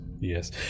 yes